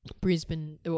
Brisbane